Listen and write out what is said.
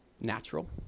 natural